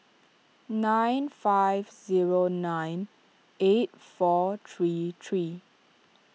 nine five zero nine eight four three three